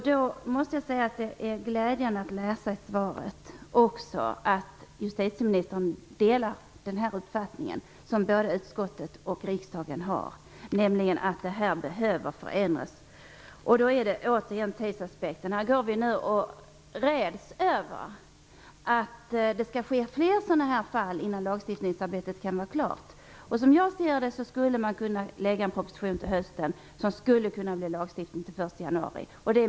Det var också glädjande att höra av svaret att justitieministern delar utskottets och riksdagens uppfattning, nämligen att det behöver ske en förändring. Det gäller nu tidsaspekten. Vi är rädda för att flera fall skall inträffa innan lagstiftningsarbetet är klart. Jag anser att man skulle kunna lägga fram en proposition till hösten, som skulle kunna leda till lagstiftning till den 1 januari.